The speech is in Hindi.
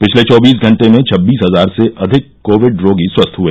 पिछले चौबीस घंटे में छबीस हजार से अधिक कोविड रोगी स्वस्थ हए